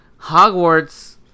Hogwarts